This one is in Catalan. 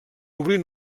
obrir